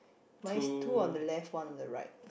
mine's two on the left one on the right